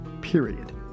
Period